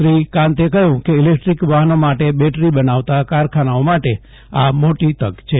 શ્રી કાંતે કહ્યુ કે ઇલેક્ટ્રીક વાફનો માટે બેટરી બનાવતા કારખાનાઓ માટે આ મોટી તક છે